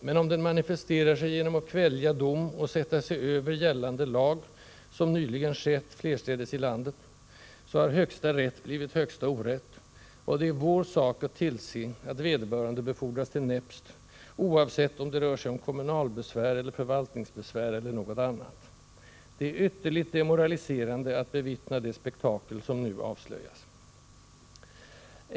Men om den manifesterar sig genom att kvälja dom och sätta sig över gällande lag — som nyligen skett flerstädes i landet — så har högsta rätt blivit högsta orätt, och det är vår sak att tillse att vederbörande befordras till näpst, oavsett om det rör sig om kommunalbesvär eller förvaltningsbesvär eller något annat. Det är ytterligt demoraliserande att bevittna det spektakel som nu avslöjas.